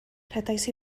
rhedais